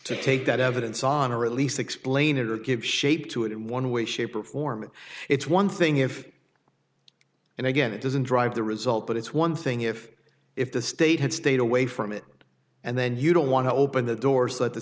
to take that evidence on or at least explain it or give shape to it in one way shape or form it's one thing if and again it doesn't drive the result but it's one thing if if the state had stayed away from it and then you don't want to open the door so that the